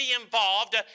involved